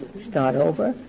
start over,